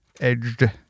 edged